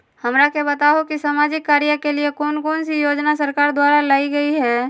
हमरा के बताओ कि सामाजिक कार्य के लिए कौन कौन सी योजना सरकार द्वारा लाई गई है?